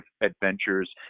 adventures